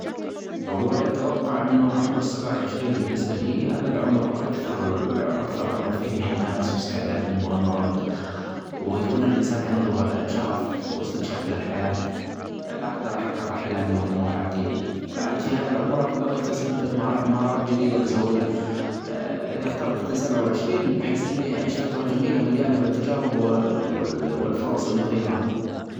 والله أتوقع عمر السبعة وعشرين بالنسبة لي هذا العمر أكثر -أكثر عمر فيه حماس وأستعداد للمغامرات ، ويكون الإنسان عنده شغف ،وإستكشاف للحياة ،أقدر أحقق أحلامي وطموحاتي ، بعد في هذا العمر أكتسب مها-مهارات جديدة بسهولة إذا أخترت سبعة وعشرين بحس إني أعيش فتره جميله مليانه بالتجارب ال-الفرص المثيره.